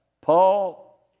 Paul